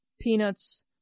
peanuts